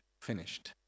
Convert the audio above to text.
finished